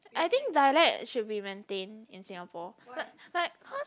I think dialect should be maintained in Singapore like like cause